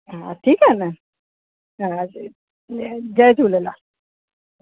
हा ठीकु आहे न हा ज जय जय झूलेलाल